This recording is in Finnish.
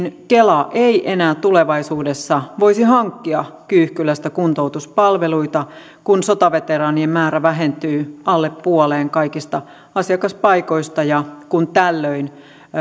kela ei enää tulevaisuudessa voisi hankkia kyyhkylästä kuntoutuspalveluita kun sotaveteraanien määrä vähentyy alle puoleen kaikista asiakaspaikoista ja kun tällöin